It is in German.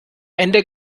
ende